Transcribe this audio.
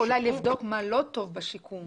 אולי לבדוק מה לא טוב בשיקום.